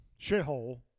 shithole